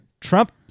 Trump